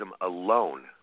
alone